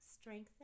strengthen